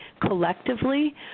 collectively